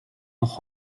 noch